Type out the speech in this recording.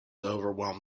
overwhelmed